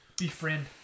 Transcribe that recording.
Befriend